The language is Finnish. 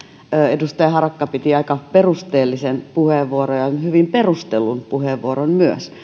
edustaja harakka piti aika perusteellisen puheenvuoron ja hyvin perustellun puheenvuoron myös minä